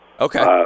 okay